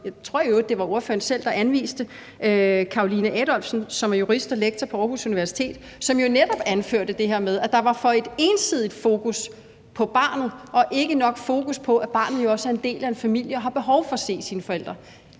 jeg tror i øvrigt, at det var ordføreren selv, der anviste hende – Caroline Adolphsen, som er jurist og lektor på Aarhus Universitet, anførte jo netop det her med, at der var et for ensidigt fokus på barnet og ikke nok fokus på, at barnet jo også er en del af en familie og har behov for at se sine forældre.